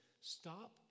stop